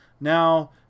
Now